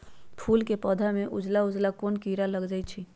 फूल के पौधा में उजला उजला कोन किरा लग जई छइ?